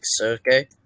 okay